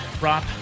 Rob